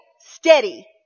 steady